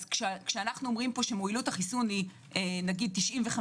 כשאנחנו אומרים שמועילות החיסון היא 95%,